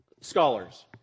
scholars